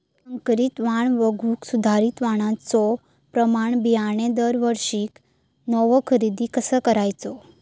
संकरित वाण वगळुक सुधारित वाणाचो प्रमाण बियाणे दरवर्षीक नवो खरेदी कसा करायचो?